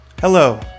Hello